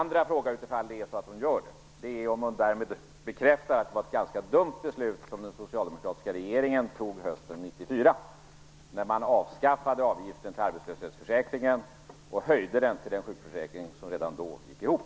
Om hon gör det, är min andra fråga om hon därmed bekräftar att det var ett ganska dumt beslut som den socialdemokratiska regeringen fattade hösten 1994 när den avskaffade avgiften till arbetslöshetsförsäkringen och höjde den till den sjukförsäkring som redan då gick ihop.